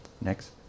next